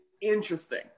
interesting